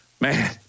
man